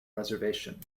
reservation